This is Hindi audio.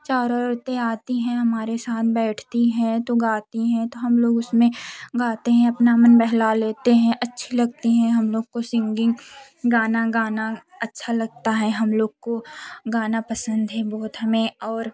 चार औरतें आती है हमारे साथ बैठती है तो गाती है तो हम लोग उसमें गाते हैं अपना मन बहला लेते हैं अच्छी लगती है हम लोग को सिंगिंग गाना गाना अच्छा लगता है हम लोग को गाना पसंद है बहुत हमें और